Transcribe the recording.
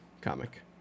comic